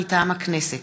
מטעם הכנסת: